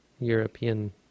European